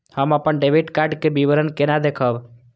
हम अपन debit card के विवरण केना देखब?